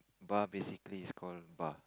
bar basically is call bar